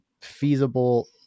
feasible